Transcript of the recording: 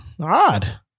Odd